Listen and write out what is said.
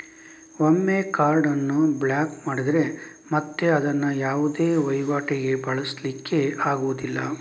ಒಮ್ಮೆ ಕಾರ್ಡ್ ಅನ್ನು ಬ್ಲಾಕ್ ಮಾಡಿದ್ರೆ ಮತ್ತೆ ಅದನ್ನ ಯಾವುದೇ ವೈವಾಟಿಗೆ ಬಳಸ್ಲಿಕ್ಕೆ ಆಗುದಿಲ್ಲ